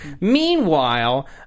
Meanwhile